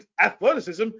athleticism